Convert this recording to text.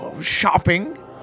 shopping